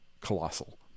Colossal